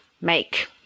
make